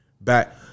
back